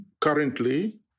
Currently